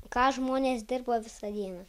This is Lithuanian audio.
ką žmonės dirbo visą dieną